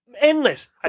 endless